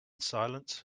silence